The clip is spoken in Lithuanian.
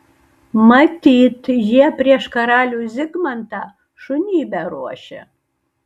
matyt jie prieš karalių zigmantą šunybę ruošia